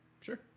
Sure